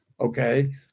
Okay